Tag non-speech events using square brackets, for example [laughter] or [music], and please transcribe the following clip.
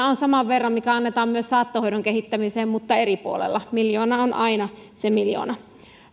[unintelligible] on saman verran mikä annetaan myös saattohoidon kehittämiseen mutta eri puolella miljoona on aina se miljoona